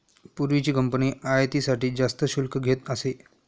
पूर्वीची कंपनी आयातीसाठी जास्त शुल्क घेत असे